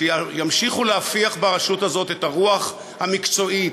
שימשיכו להפיח ברשות הזאת את הרוח המקצועית,